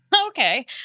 Okay